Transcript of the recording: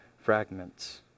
fragments